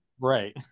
right